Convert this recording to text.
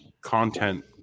content